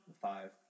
Five